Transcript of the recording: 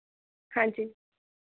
ਹਾਂਜੀ